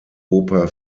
oper